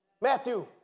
Matthew